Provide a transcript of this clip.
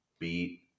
Beat